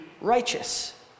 righteous